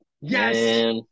Yes